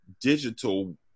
digital